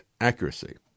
accuracy